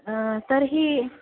तर्हि